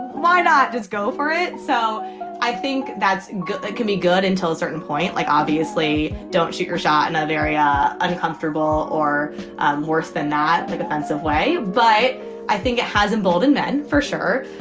why not just go for it? so i think that's good. that can be good until a certain point. like, obviously, don't shoot your shot in an area uncomfortable or worse than not, the defensive way but i think it has emboldened men for sure.